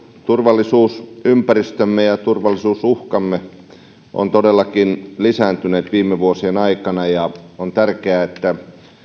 turvallisuusympäristömme ja turvallisuusuhkamme ovat todellakin lisääntyneet viime vuosien aikana ja on tärkeää että